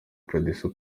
producer